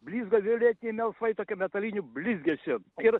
blizga violetiniai melsvai tokia metaliniu blizgesiu ir